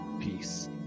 peace